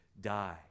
die